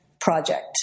project